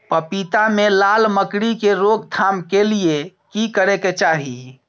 पपीता मे लाल मकरी के रोक थाम के लिये की करै के चाही?